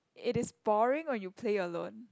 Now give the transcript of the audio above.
it is boring when you play alone